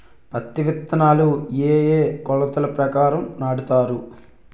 పత్తి విత్తనాలు ఏ ఏ కొలతల ప్రకారం నాటుతారు?